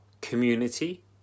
community